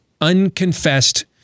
unconfessed